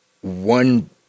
one-